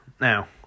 Now